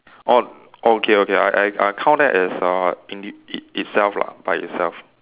orh okay okay I I I count that as uh inde~ it itself lah by itself